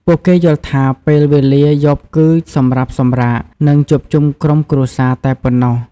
ពួកគេយល់ថា ពេលវេលាយប់គឺសម្រាប់សម្រាក និងជួបជុំក្រុមគ្រួសារតែប៉ុណ្ណោះ។